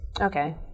Okay